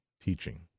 teaching